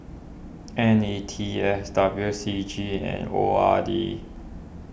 N E T S W C G and O R D